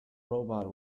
robot